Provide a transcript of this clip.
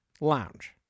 lounge